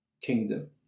kingdom